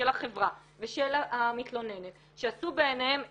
של החברה ושל המתלוננת שעשו ביניהם הסכם,